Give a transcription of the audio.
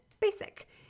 basic